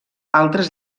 altres